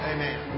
Amen